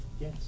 Yes